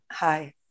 Hi